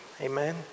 Amen